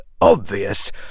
obvious